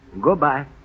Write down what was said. Goodbye